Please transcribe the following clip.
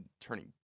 turning